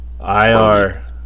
IR